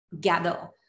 gather